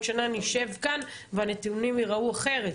שנה נשב כאן והנתונים ייראו אחרת.